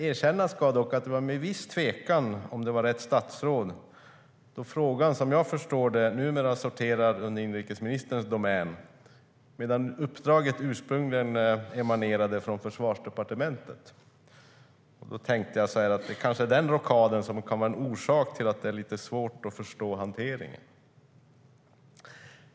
Erkänna ska jag dock att det var med viss tvekan från min sida om det var rätt statsråd. Jag förstår att frågan numera sorterar under inrikesministerns domän medan uppdraget ursprungligen emanerade från Försvarsdepartementet. Jag tänkte att det kanske är den rockaden som kan vara en orsak till att det är lite svårt att förstå hanteringen.